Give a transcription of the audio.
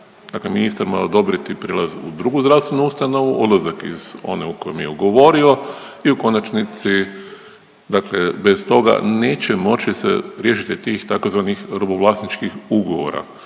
dakle ministar mu mora odobriti prilaz u drugu zdravstvenu ustanovu, odlazak iz one u kojoj je ugovorio i u konačnici dakle bez toga neće moći se riješiti tih i tzv. robovlasničkih ugovora.